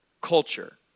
culture